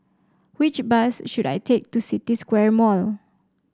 which bus should I take to City Square Mall